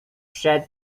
przed